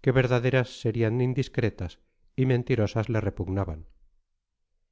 que verdaderas serían indiscretas y mentirosas le repugnaban